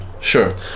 sure